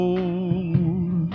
Old